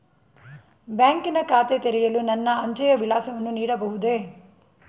ಬ್ಯಾಂಕಿನ ಖಾತೆ ತೆರೆಯಲು ನನ್ನ ಅಂಚೆಯ ವಿಳಾಸವನ್ನು ನೀಡಬಹುದೇ?